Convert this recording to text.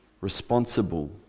responsible